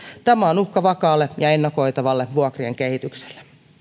tämä on uhka vakaalle ja ennakoitavalle vuokrien kehitykselle